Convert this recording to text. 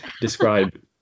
describe